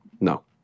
No